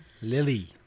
Lily